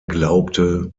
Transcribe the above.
glaubte